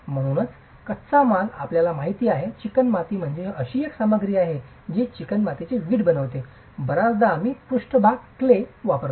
म्हणूनच कच्चा माल आपल्याला माहिती आहे चिकणमाती म्हणजे अशी सामग्री आहे जी चिकणमातीची वीट बनवते बर्याचदा आम्ही पृष्ठभाग क्ले वापरतो